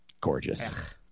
gorgeous